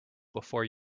before